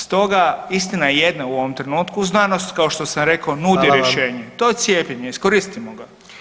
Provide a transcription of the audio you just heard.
Stoga, istina je jedna u ovom trenutku, znanost kao što sam rekao [[Upadica predsjednik: Hvala vam.]] nudi rješenje, to je cijepljenje, iskoristimo ga.